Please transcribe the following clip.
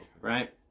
right